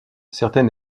certains